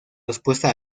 respuesta